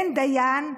אין דיין,